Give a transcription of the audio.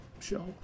show